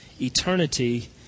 eternity